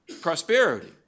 prosperity